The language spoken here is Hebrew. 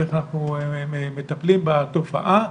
איך אנחנו מטפלים בתופעה.